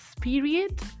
period